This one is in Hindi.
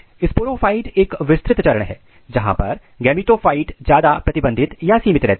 स्पोरोफाइट एक विस्तृत चरण है जहां पर गैमेटोफाइट ज्यादा प्रतिबंधित या सीमित रहते हैं